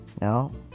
No